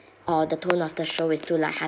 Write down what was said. or the tone of the show is to